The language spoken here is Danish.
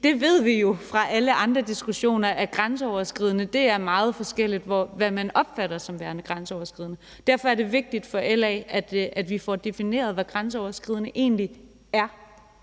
vi ved jo fra alle andre diskussioner, at det er meget forskelligt, hvad man opfatter som værende grænseoverskridende. Derfor er det vigtigt for LA, at vi får defineret, hvad grænseoverskridende egentlig er